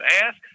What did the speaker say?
ask